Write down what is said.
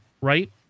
right